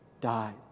died